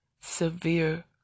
Severe